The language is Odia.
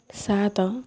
ସାତ